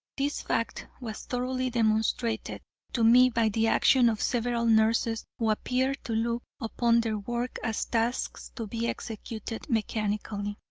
this fact was thoroughly demonstrated to me by the action of several nurses who appeared to look upon their work as tasks to be executed mechanically,